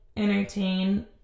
entertain